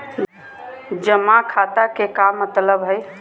जमा खाता के का मतलब हई?